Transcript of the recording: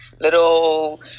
little